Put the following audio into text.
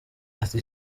ati